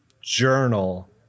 journal